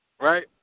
right